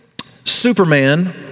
Superman